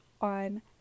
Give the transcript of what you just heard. on